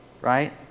right